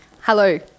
Hello